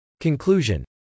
Conclusion